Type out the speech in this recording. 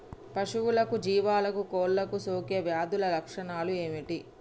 పశువులకు జీవాలకు కోళ్ళకు సోకే వ్యాధుల లక్షణాలు ఏమిటి?